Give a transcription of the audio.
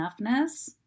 enoughness